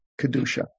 Kedusha